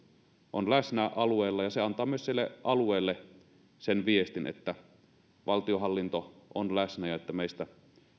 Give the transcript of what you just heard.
on läsnä alueella ja se antaa myös sille alueelle viestin että valtionhallinto on läsnä ja että meistä